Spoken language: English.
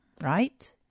right